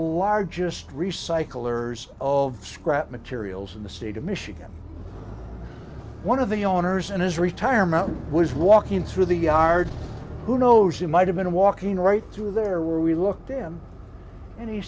largest recycle errors of scrap materials in the state of michigan one of the owners in his retirement was walking through the yard who knows he might have been walking right through there we looked at him and he